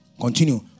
Continue